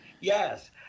Yes